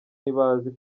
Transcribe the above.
ntibazi